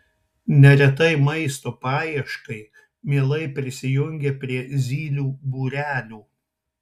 neretai maisto paieškai mielai prisijungia prie zylių būrelių